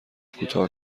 کوتاه